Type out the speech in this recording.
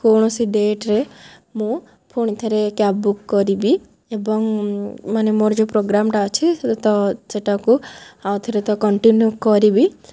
କୌଣସି ଡେଟ୍ରେ ମୁଁ ପୁଣିଥରେ କ୍ୟାବ୍ ବୁକ୍ କରିବି ଏବଂ ମାନେ ମୋର ଯେଉଁ ପ୍ରୋଗ୍ରାମଟା ଅଛି ତ ସେଇଟାକୁ ଆଉ ଥରେ ତ କଣ୍ଟିନ୍ୟୁ କରିବି